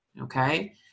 okay